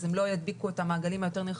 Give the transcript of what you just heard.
הם לא ידביקו את המעגלים היותר נרחבים.